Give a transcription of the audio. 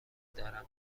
دارم